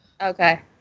Okay